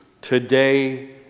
today